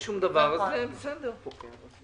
אז מי שקנה דירה יום